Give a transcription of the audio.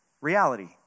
reality